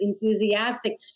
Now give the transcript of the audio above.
enthusiastic